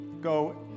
go